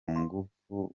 ngufu